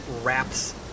wraps